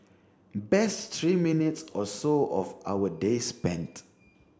best three minutes or so of our day spent